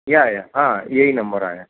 या या हा हीअ ई नंबर आहे